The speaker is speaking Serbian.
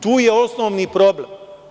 Tu je osnovni problem.